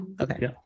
Okay